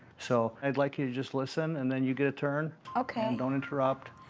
so i'd like you to just listen, and then you get a turn. ok. don't interrupt.